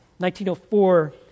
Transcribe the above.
1904